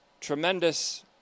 tremendous